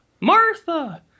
Martha